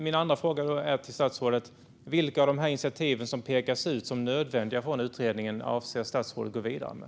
Min andra fråga till statsrådet är: Vilka av de initiativ som pekas ut som nödvändiga av utredningen avser statsrådet att gå vidare med?